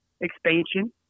expansion